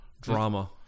Drama